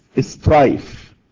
Strife